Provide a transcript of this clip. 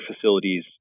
facilities